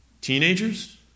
Teenagers